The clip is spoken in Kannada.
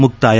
ಮುಕ್ತಾಯ